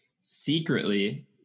Secretly